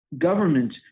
government